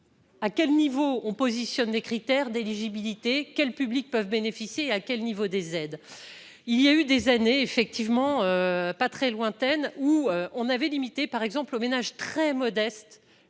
à quel niveau on positionne des critères d'éligibilité quel public peuvent bénéficier à quel niveau des aides, il y a eu des années effectivement pas très lointaine, où on avait limité par exemple aux ménages très modestes,